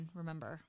remember